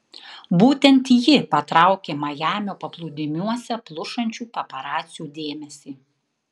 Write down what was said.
būtent ji patraukė majamio paplūdimiuose plušančių paparacių dėmesį